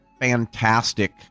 fantastic